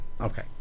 Okay